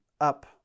up